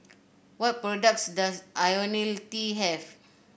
what products does IoniL T have